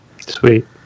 Sweet